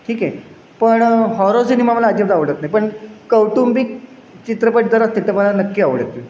ठीक आहे पण हॉरर सिनेमा मला अजिबात आवडत नाही पण कौटुंबिक चित्रपट जर असेल तर मला नक्की आवडेल ती